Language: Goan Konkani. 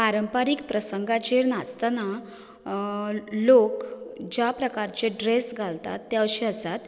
पारंपारीक प्रसंगांचेर नाचतना लोक ज्या प्रकारचे ड्रेस घालतात ते अशे आसात